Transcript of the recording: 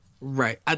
Right